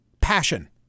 Passion